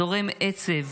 זורם עצב